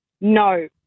No